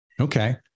Okay